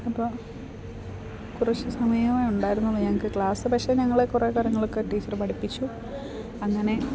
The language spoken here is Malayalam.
അപ്പം കുറച്ച് സമയമേ ഉണ്ടായിരുന്നുള്ളൂ ഞങ്ങൾക്ക് ക്ലാസ് പക്ഷേ ഞങ്ങൾ കുറേ കാര്യങ്ങളൊക്കെ ടീച്ചറ് പഠിപ്പിച്ചു അങ്ങനെ